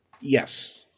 Yes